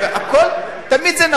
תמיד זה נכון.